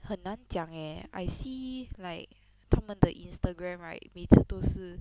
很难讲 eh I see like 他们的 instagram right 每次都是